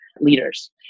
leaders